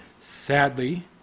Sadly